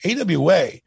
AWA